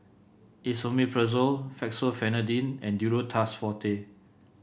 Esomeprazole Fexofenadine and Duro Tuss Forte